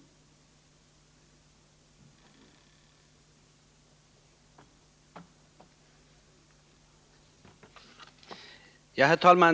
21 november 1979